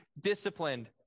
disciplined